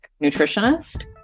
nutritionist